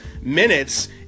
minutes